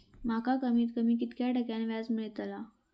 माका कमीत कमी कितक्या टक्क्यान व्याज मेलतला?